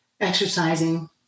exercising